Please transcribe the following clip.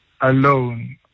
alone